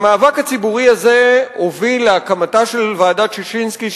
המאבק הציבורי הזה הביא להקמתה של ועדת-ששינסקי,